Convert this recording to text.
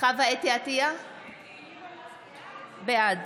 בעד